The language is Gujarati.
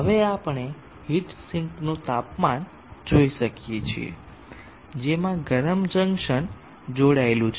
હવે આપણે હીટ સિંકનું તાપમાન જોઈ શકીએ છીએ કે જેમાં ગરમ જંકશન જોડાયેલું છે